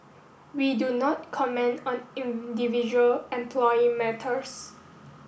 we do not comment on individual employee matters